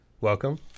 Welcome